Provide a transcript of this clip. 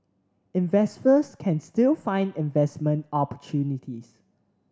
investors can still find investment opportunities